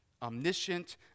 omniscient